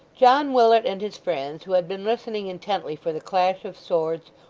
john willet and his friends, who had been listening intently for the clash of swords,